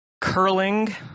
Curling